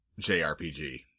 JRPG